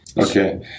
Okay